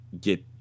get